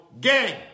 Gang